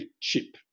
cheap